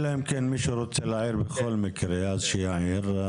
אלא אם כן מישהו רוצה להעיר בכל מקרה, אז שיעיר.